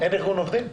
אין ארגון עובדים?